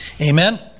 Amen